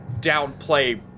downplay